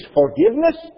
forgiveness